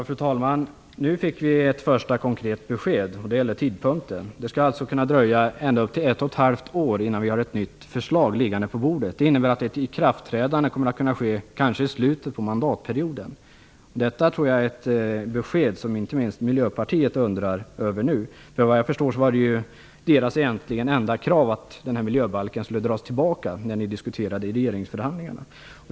Fru talman! Nu fick vi ett första konkret besked. Det gäller tidpunkten. Det skall alltså kunna dröja ända upp till ett och ett halvt år innan vi har ett nytt förslag liggande på bordet. Det innebär att ett ikraftträdande kanske kommer att kunna ske i slutet av mandatperioden. Detta är ett besked som jag tror att inte minst Miljöpartiet undrar över. Såvitt jag förstår var Miljöpartiets enda egentliga krav, när ni diskuterade i regeringsförhandlingarna, att denna miljöbalk skulle dras tillbaka.